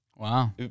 Wow